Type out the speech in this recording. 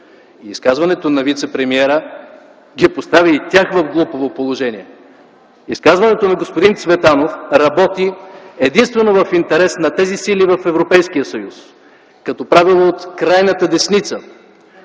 И изказването на вицепремиера постави и тях в глупаво положение. Изказването на господин Цветанов работи единствено в интерес на тези сили в Европейския съюз като правило от крайната десница,